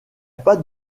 pas